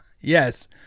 Yes